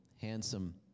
handsome